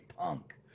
punk